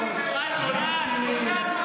מקודמת פה -- הציבור רואה שהקואליציה הזאת --- תגיד,